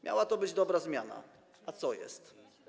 Miała to być dobra zmiana - a co jest?